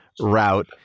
route